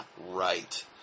Right